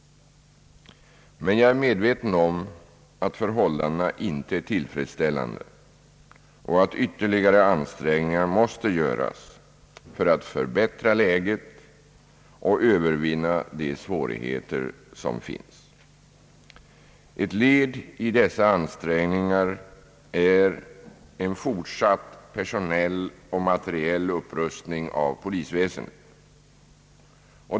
Jag är dock medveten om att förhållandena inte är tillfredsställande och att ytterligare ansträngningar måste göras för att förbättra läget och övervinna de svårigheter som finns. Ett led i dessa ansträngningar är en fortsatt personell och materiell upprustning av polisväsendet.